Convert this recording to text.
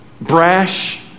brash